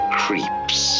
creeps